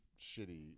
shitty